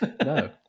No